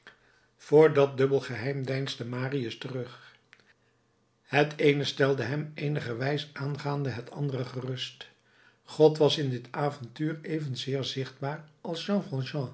dat dubbel geheim deinsde marius terug het eene stelde hem eenigerwijs aangaande het andere gerust god was in dit avontuur evenzeer zichtbaar als